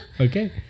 okay